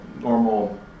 normal